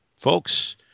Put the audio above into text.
folks